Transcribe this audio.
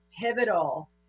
pivotal